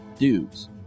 dudes